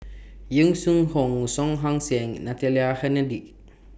Yong Shu Hoong Song Ong Siang and Natalie Hennedige